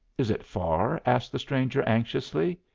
is it far? asked the stranger anxiously.